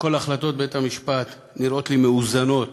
שכל החלטות בית-המשפט נראות לי מאוזנות